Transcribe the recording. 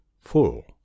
full